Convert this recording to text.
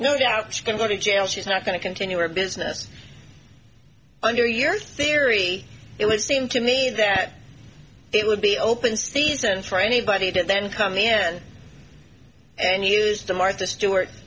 no doubt she can go to jail she's not going to continue her business under your theory it would seem to me that it would be open season for anybody to then come the end and used to martha stewart